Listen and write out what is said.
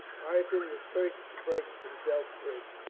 ireton was first to break himself free.